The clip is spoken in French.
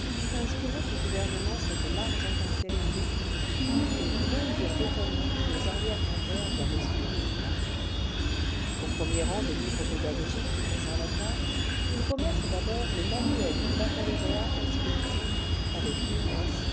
inspiraient au gou gou cette large impartialité qui eût fait bondir d'étonnement nos arrièregrands pères à l'esprit étroit au premier rang des livres pédagogiques du conservatoire il faut mettre d'abord le manuel du baccalauréat es politiques avec une